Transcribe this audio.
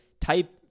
type